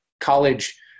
college